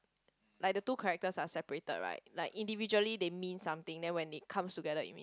like the two characters are separated right like individually they mean something then when they come together it means